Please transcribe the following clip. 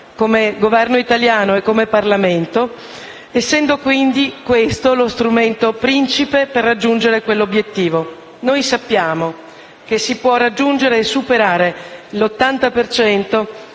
come Governo italiano e come Parlamento, essendo questo lo strumento principe per raggiungere quell'obiettivo. Sappiamo che si può raggiungere e superare l'80 per cento